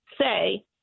say